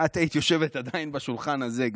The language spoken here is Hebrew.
את היית יושבת עדיין בשולחן הזה,